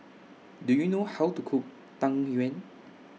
Do YOU know How to Cook Tang Yuen